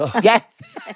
Yes